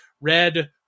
Red